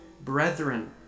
brethren